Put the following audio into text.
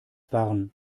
waren